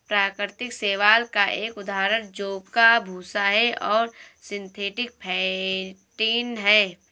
प्राकृतिक शैवाल का एक उदाहरण जौ का भूसा है और सिंथेटिक फेंटिन है